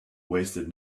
wasted